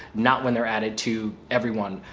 not when they're added to everyone,